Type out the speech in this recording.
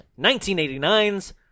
1989's